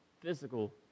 physical